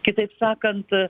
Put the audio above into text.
kitaip sakant